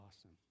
awesome